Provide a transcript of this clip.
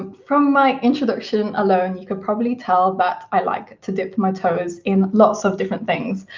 um from my introduction alone, you could probably tell that i like to dip my toes in lots of different things,